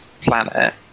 planet